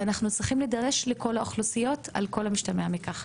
ואנחנו צריכים להידרש לכל האוכלוסיות על כל המשתמע מכך.